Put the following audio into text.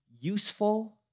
useful